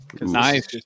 Nice